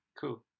cool